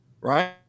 Right